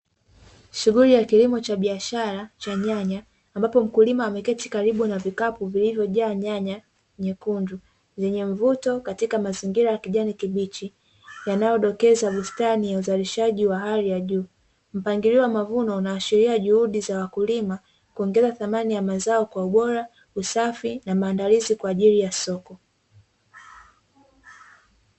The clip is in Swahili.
Shughuli ya kilimo cha biashara cha nyanya, ambapo mkulima ameketi karibu na vikapu vilivyojaa nyanya nyekundu zenye mvuto katika mazingira ya kijani kibichi yanayodokeza bustani ya uzalishaji wa hali ya juu. Mpangilio wa mavuno unaashiria juhudi za wakulima kuongeza thamani ya mazao kwa ubora, usafi na maandalizi kwa ajili ya soko.